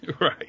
right